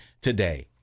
today